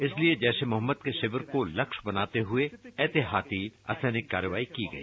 इसलिए जैश ए मोहम्मद के शिविर को लक्ष्य बनाते हुए ऐतिहाती असैनिक कार्यवाही की गई